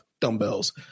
dumbbells